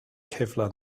kevlar